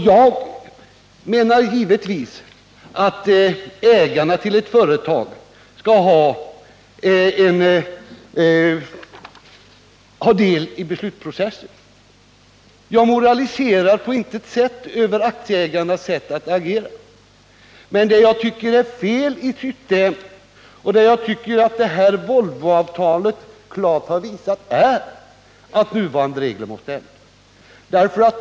Jag menar att ägarna i ett företag givetvis skall ha del i beslutsprocessen, och jag moraliserar på intet sätt över Volvos aktieägares sätt att agera. Men det jag anser vara fel i systemet är de nuvarande reglerna, och jag tycker att Volvoavtalet klart har visat att dessa regler måste ändras.